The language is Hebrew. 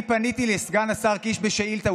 אני פניתי לסגן השר קיש בשאילתה,